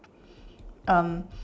um